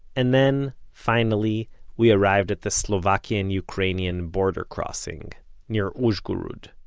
and then finally we arrived at the slovakian-ukrainian border crossing near uzhgorod.